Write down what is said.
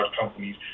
companies